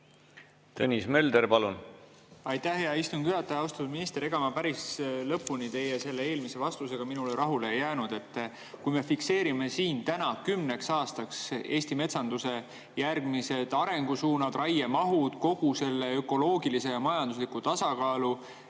Tõnis Mölder, palun! Aitäh, hea istungi juhataja! Austatud minister! Ega ma päris lõpuni teie eelmise minule antud vastusega rahule ei jäänud. Kui me fikseerime siin täna kümneks aastaks Eesti metsanduse järgmised arengusuunad, raiemahud, kogu selle ökoloogilise ja majandusliku tasakaalu